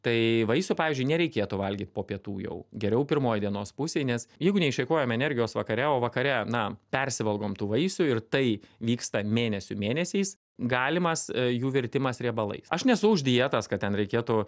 tai vaisių pavyzdžiui nereikėtų valgyt po pietų jau geriau pirmoj dienos pusėj nes jeigu neišeikvojam energijos vakare o vakare na persivalgom tų vaisių ir tai vyksta mėnesių mėnesiais galimas jų virtimas riebalais aš nesu už dietas kad ten reikėtų